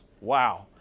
Wow